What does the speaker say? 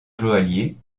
joaillier